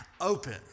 open